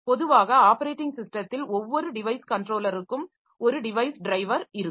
பொதுவாக ஆப்பரேட்டிங் ஸிஸ்டத்தில் ஒவ்வொரு டிவைஸ் கன்ட்ரோலருக்கும் ஒரு டிவைஸ் டிரைவர் இருக்கும்